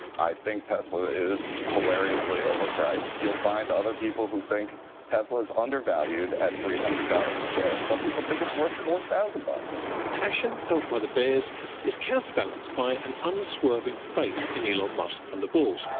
i think tesla is hilariously overpriced. you'll find other people who think tesla is undervalued at three hundred dollars a share. some people think it's worth four thousand dollars. the passion felt by the bears is counterbalanced by an unswerving faith in elon musk from the bulls.